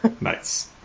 Nice